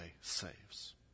saves